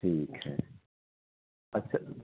ठीक है अच्छा